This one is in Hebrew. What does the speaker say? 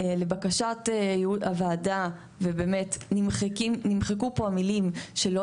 לבקשת הוועדה ובאמת נמחקו פה המילים שלא